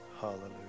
Hallelujah